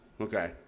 Okay